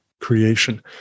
creation